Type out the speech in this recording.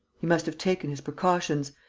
he must have taken his precautions.